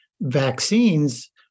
vaccines